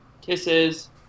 Kisses